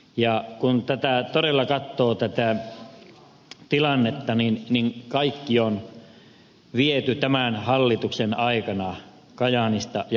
kun tätä tilannetta todella katsoo niin kaikki on viety tämän hallituksen aikana kajaanista ja kainuusta